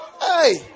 Hey